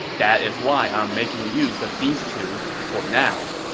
that is why i'm making use of these two for now.